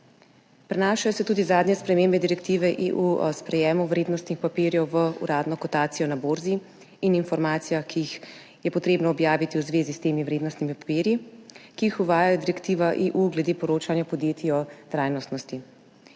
Prenašajo se tudi zadnje spremembe Direktive EU o sprejemu vrednostnih papirjev v uradno kotacijo na borzi in o informacijah, ki jih je treba objaviti v zvezi s temi vrednostnimi papirji, ki jih uvaja direktiva EU glede poročanja podjetij o trajnostnosti.